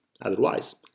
Otherwise